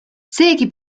seegi